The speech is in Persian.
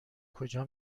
کجا